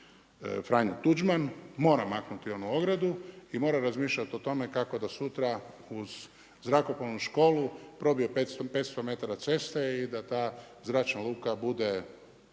Franjo Tuđman mora maknuti onu ogradu i mora razmišljati o tome kako da sutra uz zrakoplovnu školu probije 500m ceste i da ta zračna luka bude